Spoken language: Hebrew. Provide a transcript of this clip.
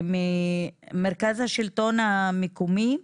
ממרכז השלטון המקומי,